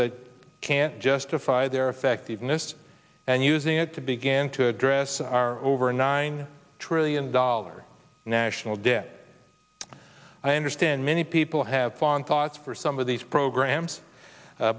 that can't justify their effectiveness and using it to begin to address our over nine trillion dollars national debt i understand many people have fallen thoughts for some of these programs